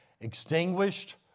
extinguished